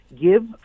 give